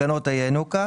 הגנות הינוקא.